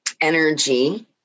energy